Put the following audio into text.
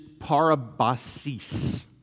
parabasis